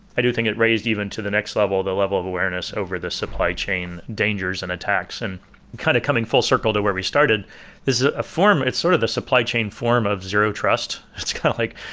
i do think it raised even to the next level the level of awareness over the supply chain dangers and attacks. and kind of coming full circle to where we started, this is a ah form, it's sort of the supply chain form of zero-trust. it's kind of like,